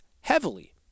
heavily